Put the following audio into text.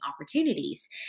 opportunities